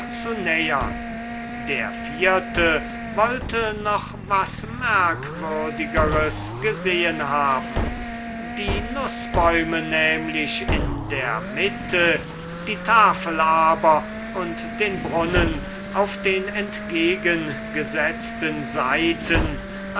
zu nähern der vierte wollte noch was merkwürdigeres gesehen haben die nußbäume nämlich in der mitte die tafel aber und den brunnen auf den entgegengesetzten seiten